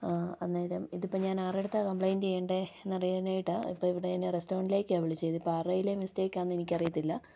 അന്നേരം ഇതിപ്പോൾ ഞാൻ ആരുടെ അടുത്താണ് കംപ്ലൈന്റ് ചെയ്യേണ്ടത് എന്നറിയാനായിട്ടാണ് ഇപ്പോൾ ഇവിടെ ഞാന് റെസ്റ്റോറന്റിലേക്കാണ് വിളിച്ചത് ഇപ്പോൾ ആരു ടെ കയ്യിലെ മിസ്റ്റേക്കാണെന്ന് എനിക്കറിയത്തില്ല